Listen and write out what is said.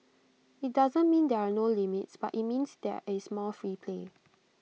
IT doesn't mean there are no limits but IT means there is more free play